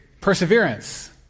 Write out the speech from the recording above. Perseverance